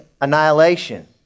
annihilation